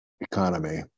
economy